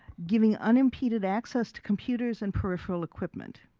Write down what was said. giving unimpeded access to computers and peripheral equipment.